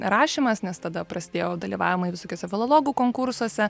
rašymas nes tada prasidėjo dalyvavimai visokiuose filologų konkursuose